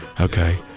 Okay